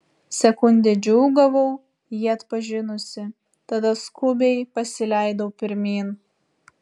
sekundę džiūgavau jį atpažinusi tada skubiai pasileidau pirmyn